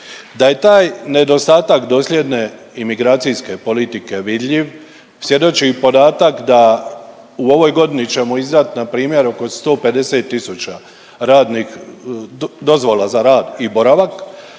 Da je taj nedostatak dosljedne imigracijske politike vidljiv svjedoči i podatak da u ovoj godini ćemo izdat npr. oko 150 tisuća radnih, dozvola za rad i boravak,